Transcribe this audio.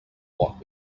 what